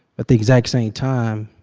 at the exact same time,